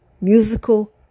Musical